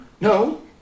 No